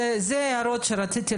הערתה